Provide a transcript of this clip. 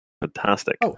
fantastic